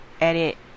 edit